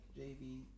JV